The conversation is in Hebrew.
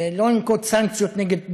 לא לנקוט סנקציות נגד ביקורים.